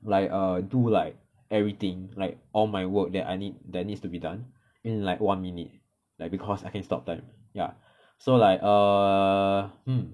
like err do like everything like all my work that I need that needs to be done in like one minute like because I can stop time ya so like err hmm